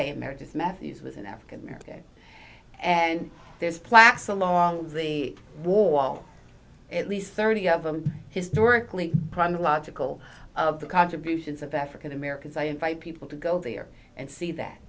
a america's message was an african american and there's plaques along the wall at least thirty of them historically chronological of the contributions of african americans i invite people to go there and see that